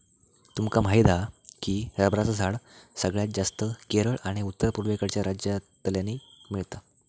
तुमका माहीत हा की रबरचा झाड सगळ्यात जास्तं केरळ आणि उत्तर पुर्वेकडच्या राज्यांतल्यानी मिळता